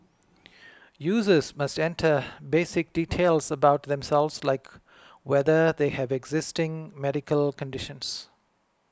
users must enter basic details about themselves like whether they have existing medical conditions